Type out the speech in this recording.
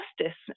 justice